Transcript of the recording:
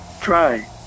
Try